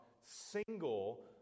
single